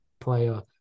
player